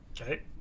Okay